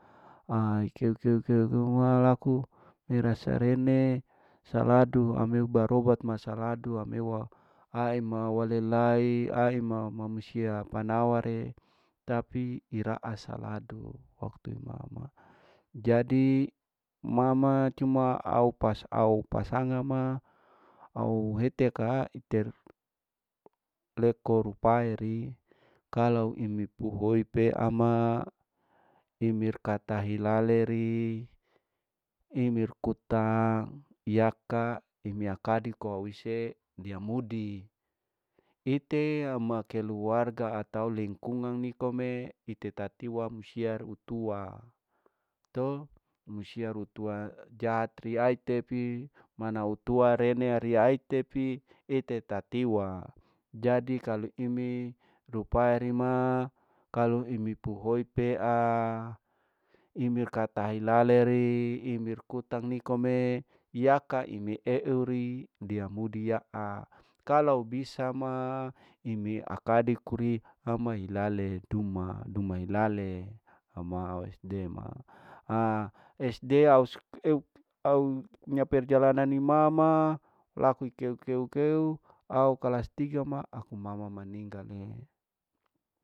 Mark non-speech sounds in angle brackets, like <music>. Aa ikeu keu keu keu ma laku merasa rene saladu, ami ubarobat masaladu amewaae ma walelai ma musia manawa re tapi iraa saladu waktu imama, jadi mama cuma pas au pasanga ma au heteu kaa iter. leko ripairi kalau imi puhoi pea ma imir kata hilale ri imir kutahang yaka imiakadi kauwise diamudi, ite ama keluarga atau lingkungan nikome itetati wamsiar rutuwa to, musia rutuwa jat riate pi mana utua rene eraeta pi ite tatiwa, jadi kalau imi rupai rima kalau imi puhoi pea imir kata hilale ri imir kutang nikome yaka imi euri dia mudia akalau bisa ma imi akadi kuri hama ilale duma, duma hilale ama sd ma ha sd <unintelligible> au ni perjalanan imama laku ikeu keu keu keu au kalas tiga ma aku mama maninggal ma.